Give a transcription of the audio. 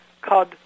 called